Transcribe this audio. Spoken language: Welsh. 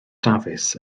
dafis